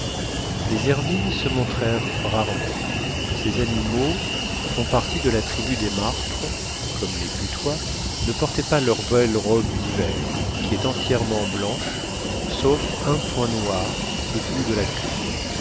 les hermines se montrèrent rarement ces animaux qui font partie de la tribu des martres comme les putois ne portaient pas leur belle robe d'hiver qui est entièrement blanche sauf un point noir au bout de la queue